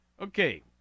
Okay